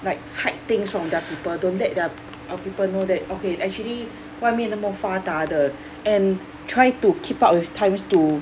like hide things from their people don't let their people know that okay actually 外面那么发达的 and try to keep up with times to